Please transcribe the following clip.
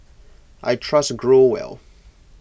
I trust Growell